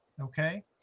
Okay